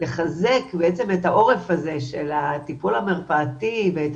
לחזק את העורף הזה של הטיפול המרפאתי ואת